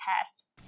test